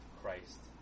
Christ